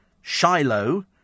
Shiloh